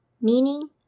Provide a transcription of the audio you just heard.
Meaning